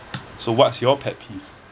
so what's your pet peeve